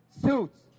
suits